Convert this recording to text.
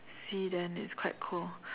sea then it's quite cool